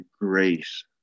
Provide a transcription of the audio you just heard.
grace